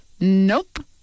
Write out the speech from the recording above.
nope